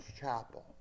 Chapel